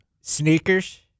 Sneakers